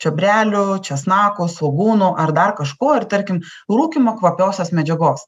čiobrelių česnako svogūnų ar dar kažko ir tarkim rūkymo kvapiosios medžiagos